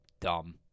Dumb